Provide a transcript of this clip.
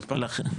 הרי,